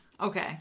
okay